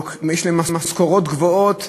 יש להם משכורות גבוהות.